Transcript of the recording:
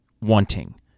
wanting